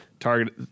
Target